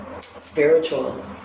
Spiritual